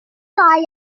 course